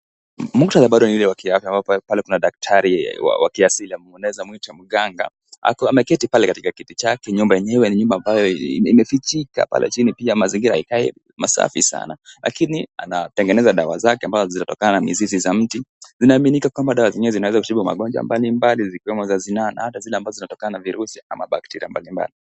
Muktadha ni ule bado wa kifya, pale tuna daktari wa kiasili ambaye unaeza muita mganga. Ako ameketi pale katika kiti chake, nyumba yenyewe ni nyumba imefichika. Pale chini pia mazingira haikai masafi sana, lakini anatengeneza dawa zake ambazo zinatokana na mizizi za miti. Zinaaminika kwamba dawa zenyewe zinaweza kutibu magonjwa mbalimbali, zikiwemo za sinaa na hata zile ambazo zinatokana na virusi ama bakteria mbalimbali.